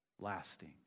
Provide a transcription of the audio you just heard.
lasting